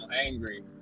angry